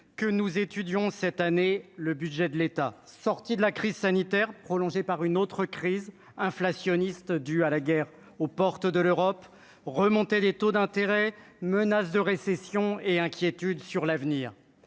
que nous étudions cette année le budget de l'État, sorti de la crise sanitaire, prolongé par une autre crise inflationniste due à la guerre aux portes de l'Europe, remontée des taux d'intérêt menace de récession et inquiétude sur l'avenir,